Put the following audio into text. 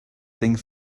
things